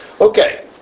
Okay